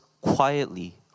quietly